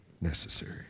necessary